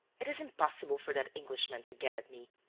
it is impossible for that englishman to get at me.